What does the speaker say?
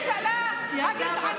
היא הממשלה הגזענית.